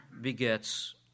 begets